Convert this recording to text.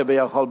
כביכול,